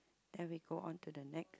then we go on to the next